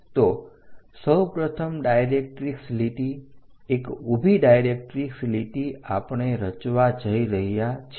તો સૌપ્રથમ ડાયરેક્ટરીક્ષ લીટી એક ઊભી ડાયરેક્ટરીક્ષ લીટી આપણે રચવા જઈ રહ્યા છીએ